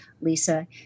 Lisa